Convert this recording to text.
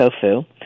tofu